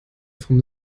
vom